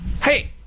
Hey